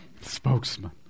spokesman